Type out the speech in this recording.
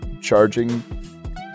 charging